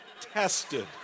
tested